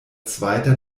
zweiter